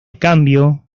cambio